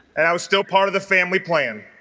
and i was still part of the family plan